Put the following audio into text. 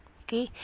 okay